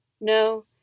No